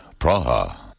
Praha